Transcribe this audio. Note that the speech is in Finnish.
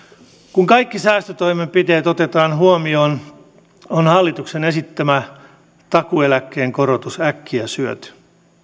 kun kaikki säästötoimenpiteet otetaan huomioon on hallituksen esittämä takuueläkkeen korotus äkkiä syöty